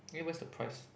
eh where's the price